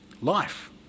life